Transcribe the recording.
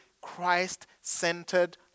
Christ-centered